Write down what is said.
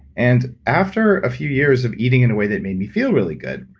and after a few years of eating in a way that made me feel really good,